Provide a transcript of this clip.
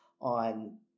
on